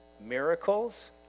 miracles